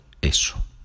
eso